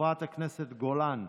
חברת הכנסת גולן,